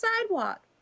sidewalk